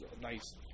nice